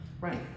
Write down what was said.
Right